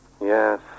yes